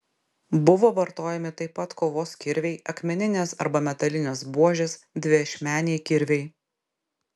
buvo vartojami taip pat kovos kirviai akmeninės arba metalinės buožės dviašmeniai kirviai